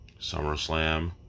SummerSlam